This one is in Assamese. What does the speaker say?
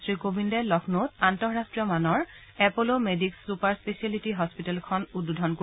শ্ৰীকোবিন্দে লক্ষ্ণৌত আন্তঃৰাষ্ট্ৰীয় মানৰ এপল মেডিক্চ ছুপাৰ স্পেচিয়েলিটী হস্পিতেলখন উদ্বোধন কৰিব